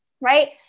right